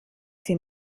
sie